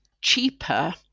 cheaper